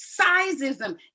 sizeism